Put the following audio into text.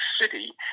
city